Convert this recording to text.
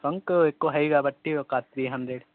funk ఎక్కువ high కాబట్టి ఒక త్రీ హండ్రెడ్